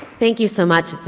thank you so much!